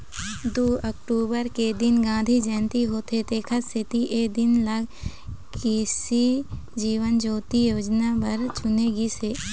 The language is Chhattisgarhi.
दू अक्टूबर के दिन गांधी जयंती होथे तेखरे सेती ए दिन ल कृसि जीवन ज्योति योजना बर चुने गिस हे